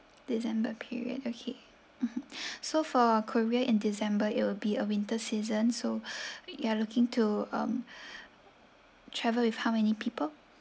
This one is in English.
december period okay mmhmm so for korea in december it will be a winter season so you are looking to um travel with how many people